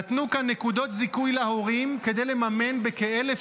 נתנו נקודות זיכוי להורים כדי לממן בכ-1,000